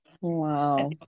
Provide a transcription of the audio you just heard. wow